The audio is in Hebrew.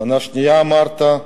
בשנה השנייה אמרת,